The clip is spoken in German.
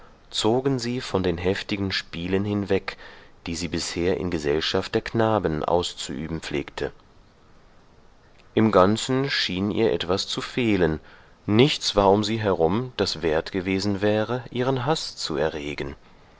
zogen sie von den heftigen spielen hinweg die sie bisher in gesellschaft der knaben auszuüben pflegte im ganzen schien ihr etwas zu fehlen nichts war um sie herum das wert gewesen wäre ihren haß zu erregen